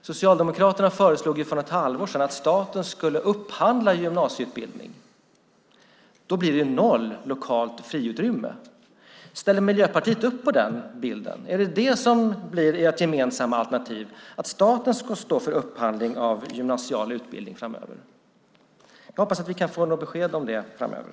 Socialdemokraterna föreslog för ett halvår sedan att staten skulle upphandla gymnasieutbildning. Då blir det noll lokalt friutrymme. Ställer Miljöpartiet upp på det? Är ert gemensamma alternativ att staten står för upphandling av gymnasial utbildning framöver? Jag hoppas att vi kan få något besked om det framöver.